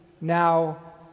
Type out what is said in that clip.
now